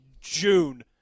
June